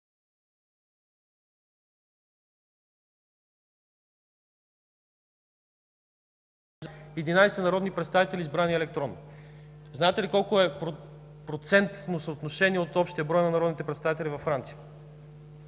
в 11 народни представители, избрани електронно. Знаете ли колко е процентното съотношение от общия брой на народните представители във Франция?